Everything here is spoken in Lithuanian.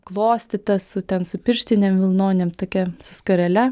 klostyta su ten su pirštinėm vilnonėm tokia su skarele